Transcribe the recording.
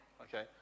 Okay